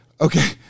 Okay